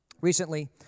Recently